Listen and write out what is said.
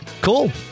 Cool